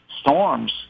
storms